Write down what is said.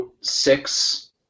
six